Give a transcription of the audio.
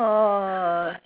orh